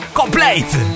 complete